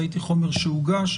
ראיתי חומר שהוגש,